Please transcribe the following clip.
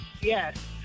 Yes